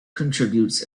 contributes